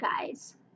guys